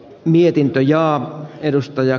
mietintö ja oma edustaja